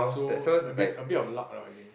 so a bit a bit of luck lah I think